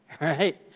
right